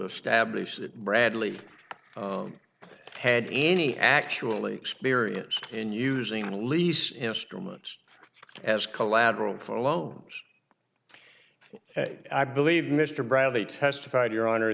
establish that bradley had any actually experienced in using a lease instruments as collateral for loans i believe mr bradley testified your honor